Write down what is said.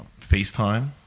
FaceTime